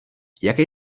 jaké